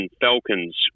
Falcons